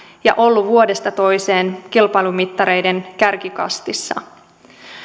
ja ollut vuodesta toiseen kilpailumittareiden kärkikastissa